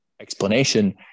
explanation